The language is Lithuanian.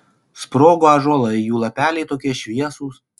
sprogo ąžuolai jų lapeliai tokie šviesūs